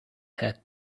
had